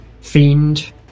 fiend